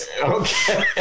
Okay